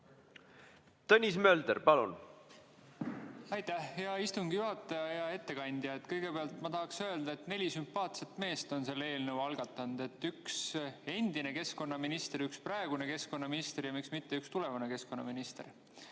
Tõnis Mölder, palun! Aitäh, hea istungi juhataja! Hea ettekandja! Kõigepealt ma tahaksin öelda, et neli sümpaatset meest on selle eelnõu algatanud: üks endine keskkonnaminister, üks praegune keskkonnaminister ja miks mitte üks tulevane keskkonnaminister.